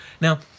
Now